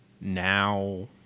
now